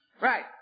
Right